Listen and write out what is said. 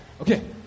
Okay